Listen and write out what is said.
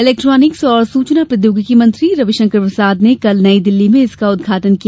electronics और सूचना प्रौद्योगिकी मंत्री रविशंकर प्रसाद ने कल नई दिल्ली में इसका उदघाटन किया